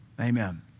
Amen